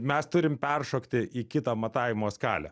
mes turim peršokti į kitą matavimo skalę